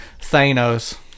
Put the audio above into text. Thanos